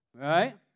right